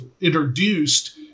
introduced